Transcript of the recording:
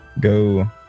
go